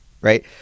right